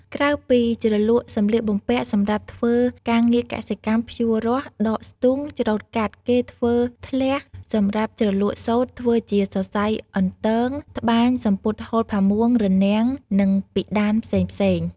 ក្រៅពីជ្រលក់សម្លៀកបំពាក់សម្រាប់ធ្វើការងារកសិកម្មភ្ជួររាស់ ដកស្ទូង ច្រូតកាត់ គេប្រើធ្លះសម្រាប់ជ្រលក់សូត្រធ្វើជាសរសៃអន្ទង ត្បាញសំពត់ហូលផាមួង រនាំង និងពិដានផ្សេងៗ។